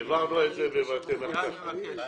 העברנו את זה בבתי מרקחת.